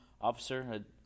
officer